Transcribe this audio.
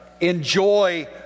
enjoy